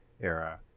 era